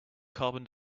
carbon